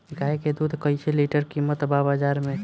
गाय के दूध कइसे लीटर कीमत बा बाज़ार मे?